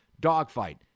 Dogfight